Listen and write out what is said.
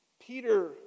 Peter